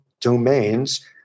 domains